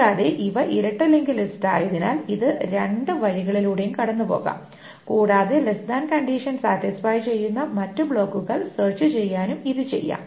കൂടാതെ ഇവ ഇരട്ട ലിങ്ക് ലിസ്റ്റായതിനാൽ ഇത് രണ്ട് വഴികളിലൂടെയും കടന്നുപോകാം കൂടാതെ ലെസ്സ് താൻ കണ്ടിഷൻ സാറ്റിസ്ഫൈ ചെയ്യുന്ന മറ്റ് ബ്ലോക്കുകൾ സെർച്ച് ചെയ്യാനും ഇത് ചെയ്യാം